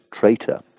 traitor